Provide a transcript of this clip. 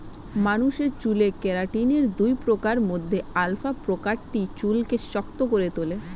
মানুষের চুলে কেরাটিনের দুই প্রকারের মধ্যে আলফা প্রকারটি চুলকে শক্ত করে তোলে